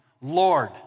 Lord